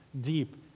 deep